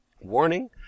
Warning